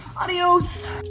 Adios